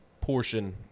portion